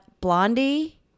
Blondie